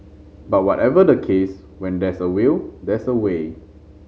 but whatever the case when there's a will there's a way